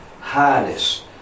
Highness